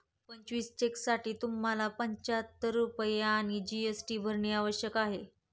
पंचवीस चेकसाठी तुम्हाला पंचाहत्तर रुपये आणि जी.एस.टी भरणे आवश्यक आहे